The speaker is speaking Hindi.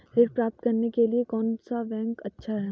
ऋण प्राप्त करने के लिए कौन सा बैंक अच्छा है?